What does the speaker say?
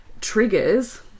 triggers